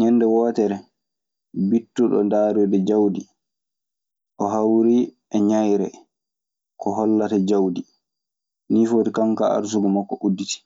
Ñende wootere, bittuno ndaaroyde jawdi. O hawrii e ñayre ko hollata jawdi. Nii foti kanko kaa arsuku makko udditi.